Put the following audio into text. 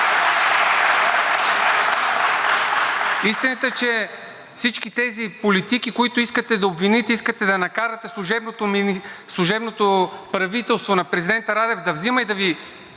Истината е, че всички тези политики, които искате да обвините, искате да накарате служебното правителство на президента Радев да взима и да Ви